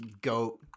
Goat